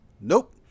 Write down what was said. Nope